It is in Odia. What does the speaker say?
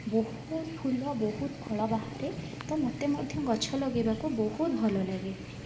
ବହୁତ ଫୁଲ ବହୁତ ଫଳ ବାହାରେ ତ ମୋତେ ମଧ୍ୟ ଗଛ ଲଗାଇବାକୁ ବହୁତ ଭଲ ଲାଗେ